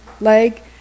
leg